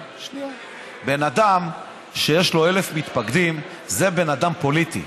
בן אדם שיש לו 1,000 מתפקדים זה בן אדם פוליטי,